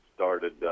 Started